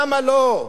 למה לא?